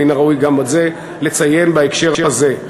מן הראוי גם את זה לציין בהקשר הזה.